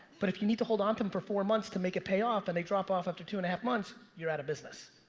but if you need to hold onto them for four months to make it pay off and they drop off after two and a half months, you're out of business.